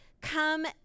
Come